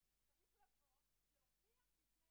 בינינו הוא שאני אדאג שההגדרה תהיה מאוד מהודקת כדי שלא ייכנסו פנימה